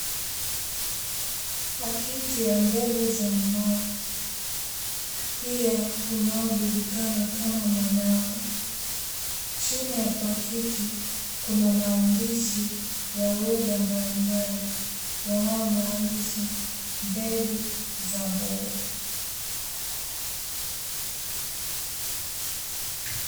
Pekiti ya mbegu ya mnavu pia unaojulikana kama manangu , chini ya pakiti kuna maandishi ya lugha mbalimbali yanayo maanisha mbegu za mboga.